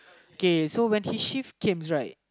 okay so when he shift came right